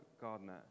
gardener